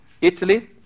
Italy